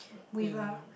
with a